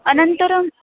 अनन्तरं